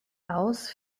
aus